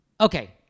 okay